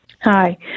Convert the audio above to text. Hi